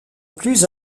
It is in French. plus